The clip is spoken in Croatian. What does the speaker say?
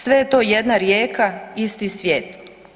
Sve je to jedna rijeka, isti svijet.